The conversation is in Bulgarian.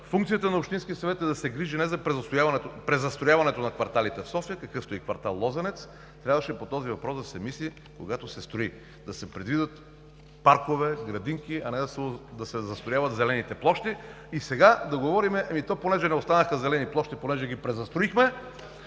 функцията на общинския съвет е да се грижи за непрезастрояването на кварталите в София, какъвто е и кв. „Лозенец“. Трябваше по този въпрос да се мисли, когато се строи. Да се предвидят паркове, градинки, а не да се застрояват зелените площи и сега да говорим: понеже не останаха зелени площи, понеже ги презастроихме,